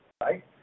right